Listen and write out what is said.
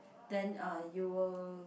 then uh you will